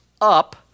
up